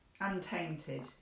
Untainted